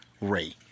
ray